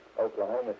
Oklahoma